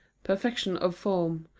perfection of form,